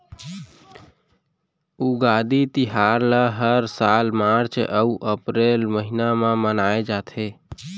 उगादी तिहार ल हर साल मार्च अउ अपरेल महिना म मनाए जाथे